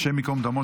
השם ייקום דמו,